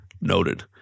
Noted